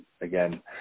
again